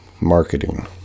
marketing